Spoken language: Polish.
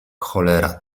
cholera